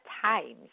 times